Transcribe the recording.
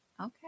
Okay